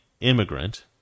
immigrant